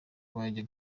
bajya